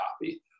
Copy